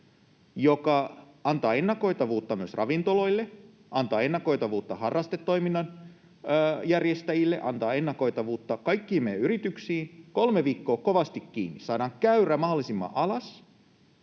joka antaa ennakoitavuutta myös ravintoloille, antaa ennakoitavuutta harrastetoiminnan järjestäjille, antaa ennakoitavuutta kaikkiin meidän yrityksiin. Kolme viikkoa kovasti kiinni, saadaan käyrä mahdollisimman alas,